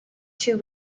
two